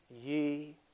ye